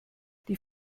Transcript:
die